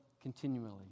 continually